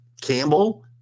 Campbell